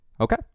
Okay